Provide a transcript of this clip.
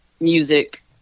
Music